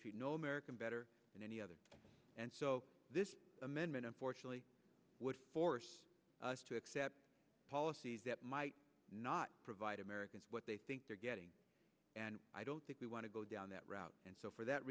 we know american better than any other and so this amendment unfortunately would force us to accept policies that might not provide americans what they think they're getting and i don't think we want to go down that route and so for that